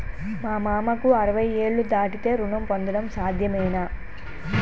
మా మామకు అరవై ఏళ్లు దాటితే రుణం పొందడం సాధ్యమేనా?